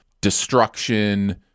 destruction